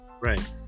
right